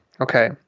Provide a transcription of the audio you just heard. Okay